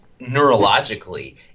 neurologically